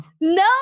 No